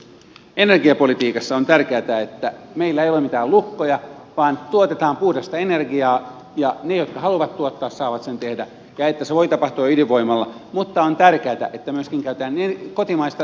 energiapolitiikassa on tärkeätä että meillä ei ole mitään lukkoja vaan tuotetaan puhdasta energiaa ja ne jotka haluavat tuottaa saavat sen tehdä ja että se voi tapahtua ydinvoimalla mutta on tärkeätä että myöskin käytetään kotimaista energiaa